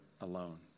alone